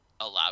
allowed